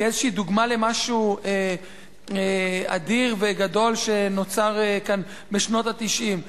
כאיזו דוגמה למשהו אדיר וגדול שנוצר כאן בשנות ה-90.